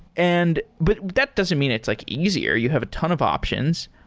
and but that doesn't mean it's like easier. you have a ton of options.